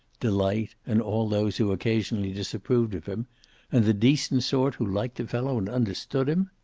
delight, and all those who occasionally disapproved of him and the decent sort who liked a fellow and understood him?